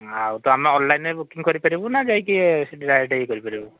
ଆଉ ତ ଆମେ ଅନଲାଇନରେ ବୁକିଂ କରିପାରିବୁ ନା ଯାଇକି ସେଠି ଡାଇରେକ୍ଟ୍ କରିପାରିବୁ